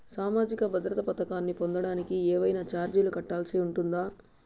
సామాజిక భద్రత పథకాన్ని పొందడానికి ఏవైనా చార్జీలు కట్టాల్సి ఉంటుందా?